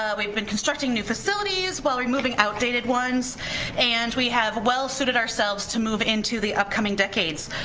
ah we've been constructing new facilities while removing outdated ones and we have well suited ourselves to move into the upcoming decades.